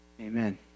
Amen